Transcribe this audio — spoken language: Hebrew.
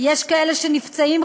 יש כאלה שנפצעים,